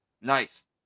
Nice